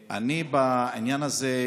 כבוד סגן השר,